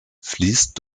fließt